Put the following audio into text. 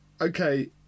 Okay